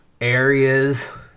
areas